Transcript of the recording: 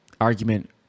argument